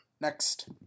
Next